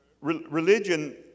religion